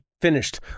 finished